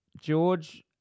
George